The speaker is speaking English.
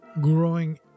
growing